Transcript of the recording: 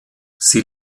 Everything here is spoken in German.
sie